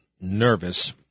nervous